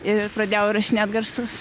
ir pradėjau įrašinėt garsus